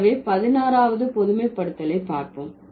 எனவே பதினாறாவது பொதுமைப்படுத்தலை பார்ப்போம்